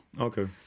Okay